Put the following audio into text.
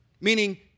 meaning